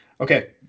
Okay